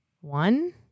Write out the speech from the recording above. one